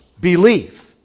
belief